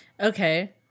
Okay